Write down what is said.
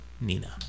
Nina